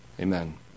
Amen